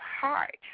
heart